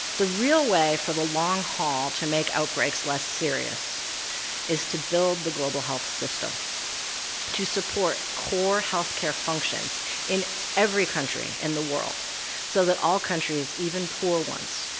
the real way for the long haul to make outbreaks less serious is to build the global health system to support core health-care functions in every country in the world so that all countries, even poor ones,